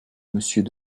monsieur